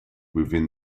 within